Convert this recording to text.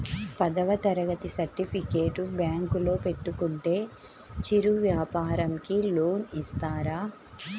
పదవ తరగతి సర్టిఫికేట్ బ్యాంకులో పెట్టుకుంటే చిరు వ్యాపారంకి లోన్ ఇస్తారా?